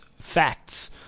facts